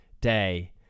day